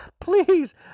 Please